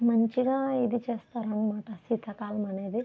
మంచిగా ఇది చేస్తారు అన్నమాట శీతాకాలం అనేది